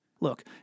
Look